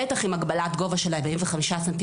בטח עם הגבלת גובה של 45 סנטימטרים,